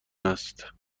است